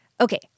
Okay